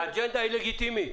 האג'נדה היא לגיטימית.